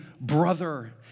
brother